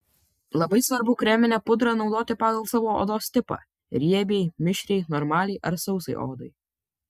labai svarbu kreminę pudrą naudoti pagal savo odos tipą riebiai mišriai normaliai ar sausai odai